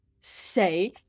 say